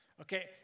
Okay